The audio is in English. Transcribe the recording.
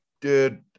dude